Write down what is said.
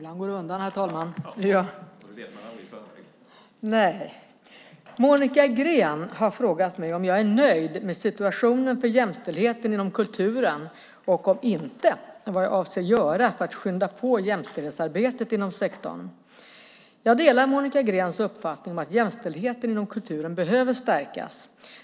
Herr talman! Monica Green har frågat mig om jag är nöjd med situationen för jämställdheten inom kulturen och om inte vad jag avser att göra för att skynda på jämställdhetsarbetet inom sektorn. Jag delar Monica Greens uppfattning att jämställdheten inom kulturen behöver stärkas.